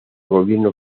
gobierno